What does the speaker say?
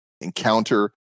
encounter